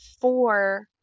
four